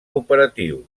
operatiu